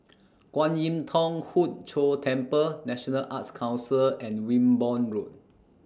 Kwan Im Thong Hood Cho Temple National Arts Council and Wimborne Road